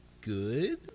good